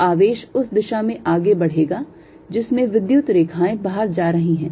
तो आवेश उस दिशा में आगे बढ़ेगा जिसमें विद्युत रेखाएं बाहर जा रही हैं